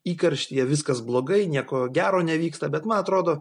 įkarštyje viskas blogai nieko gero nevyksta bet man atrodo